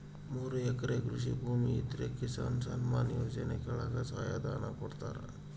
ಮೂರು ಎಕರೆ ಕೃಷಿ ಭೂಮಿ ಇದ್ರ ಕಿಸಾನ್ ಸನ್ಮಾನ್ ಯೋಜನೆ ಕೆಳಗ ಸಹಾಯ ಧನ ಕೊಡ್ತಾರ